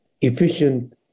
efficient